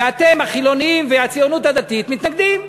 ואתם, החילונים והציונות הדתית, מתנגדים.